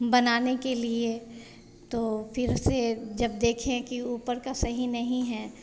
बनाने के लिए तो फिर से जब देखें कि ऊपर का सही नहीं है